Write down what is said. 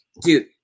dude